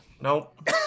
Nope